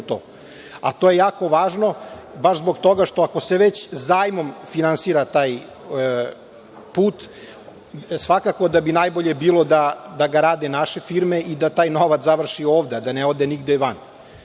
To je jako važno baš zbog toga ako se već zajmom finansira taj put, svakako da bi najbolje bilo da ga rade naše firme i da taj novac završi ovde, da ne ode nigde van.